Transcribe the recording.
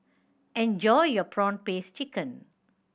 enjoy your prawn paste chicken